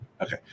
Okay